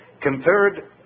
compared